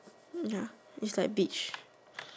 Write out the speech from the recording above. ya it's like beach